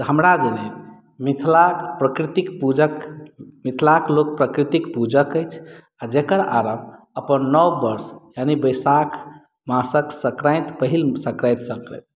से हमरा जनैत मिथिलाक प्रकृतिक पूजक मिथिलाक लोक प्रकृतिक पूजक अछि आ जकर आरम्भ अपन नववर्ष यानि वैशाख मासक सँक्रान्ति पहिल सँक्रान्तिसँ